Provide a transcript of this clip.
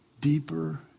deeper